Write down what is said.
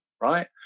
right